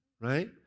right